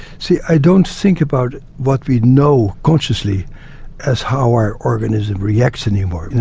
see, i don't think about what we know consciously as how our organism reacts anymore.